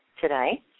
today